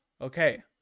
Okay